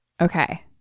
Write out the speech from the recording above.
Okay